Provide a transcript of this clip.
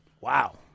Wow